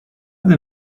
they